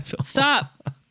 Stop